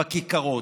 בכיכרות.